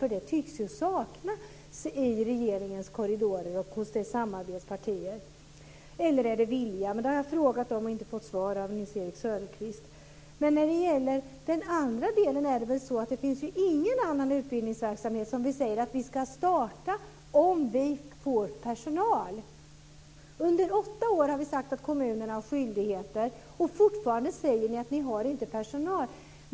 Den kunskapen tycks saknas i regeringens korridorer och i samarbetspartierna. Eller är det viljan? Jag har frågat Nils-Erik Söderqvist men inte fått svar. Det finns ingen annan utbildningsverksamhet som vi säger att vi ska starta om vi får personal. Under åtta år har vi sagt att kommunerna har skyldigheter, och fortfarande säger ni att ni inte har personal.